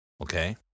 Okay